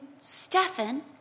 Stephan